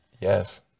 Yes